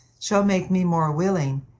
shall make me more willing,